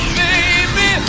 baby